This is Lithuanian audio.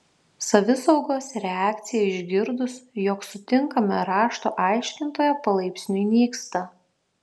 savisaugos reakcija išgirdus jog sutinkame rašto aiškintoją palaipsniui nyksta